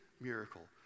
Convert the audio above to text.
miracle